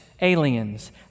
aliens